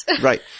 right